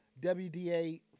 WDA